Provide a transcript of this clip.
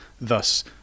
Thus